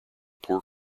poor